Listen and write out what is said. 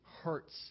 hurts